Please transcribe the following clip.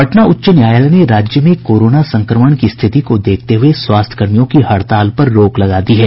पटना उच्च न्यायालय ने राज्य में कोरोना संक्रमण की स्थिति को देखते हुए स्वास्थ्य कर्मियों की हड़ताल पर रोक लगा दी है